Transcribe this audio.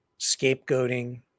scapegoating